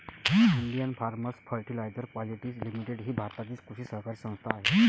Indian farmers fertiliser quality limited ही भारताची कृषी सहकारी संस्था आहे